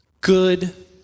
good